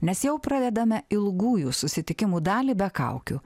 nes jau pradedame ilgųjų susitikimų dalį be kaukių